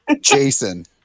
Jason